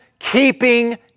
Keeping